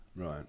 right